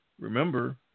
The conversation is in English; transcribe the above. remember